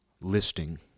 listing